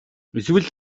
эсвэл